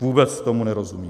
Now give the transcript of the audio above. Vůbec tomu nerozumím.